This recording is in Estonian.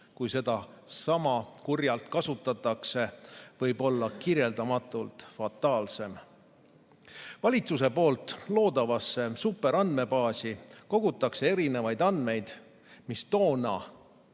kui seda sama kurjalt kasutatakse, võib olla kirjeldamatult fataalsem. Valitsuse loodavasse superandmebaasi kogutakse erinevaid andmeid, mis toona,